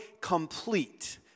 complete